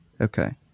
Okay